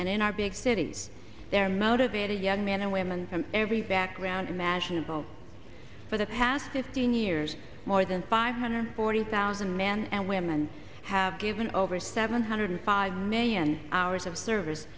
and in our big cities they're motivated young men and women from every background imaginable for the past fifteen years more than five hundred forty thousand men and women have given over seven hundred five million hours of service